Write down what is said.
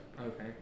okay